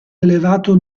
elevato